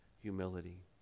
humility